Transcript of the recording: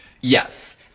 Yes